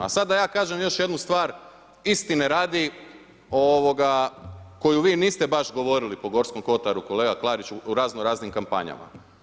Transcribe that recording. A sada da ja kažem još jednu stvar istine radi koju vi niste baš govorili po Gorskom kotaru kolega Klariću u razno raznim kampanjama.